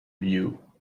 view